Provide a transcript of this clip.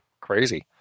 crazy